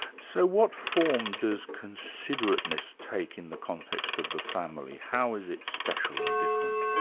so what form does considerateness take in the context of the family? how is it special and different?